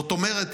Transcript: זאת אומרת,